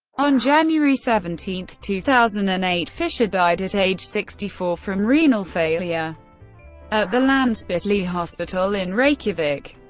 on january seventeen, two thousand and eight, fischer died at age sixty four from renal failure at the landspitali hospital in reykjavik.